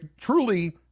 truly